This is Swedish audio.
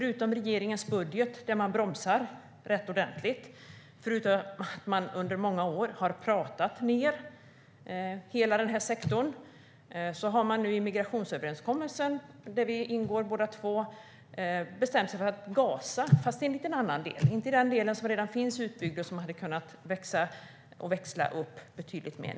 Regeringen bromsar ju ned rätt ordentligt i sin budget efter att i många år ha pratat ned denna sektor. Men i migrationsöverenskommelsen, där båda våra partier ingår, har man bestämt sig för att gasa, fast i en annan del. Det är inte i den delen som redan är utbyggd och som hade kunnat växa och växla upp betydligt mer.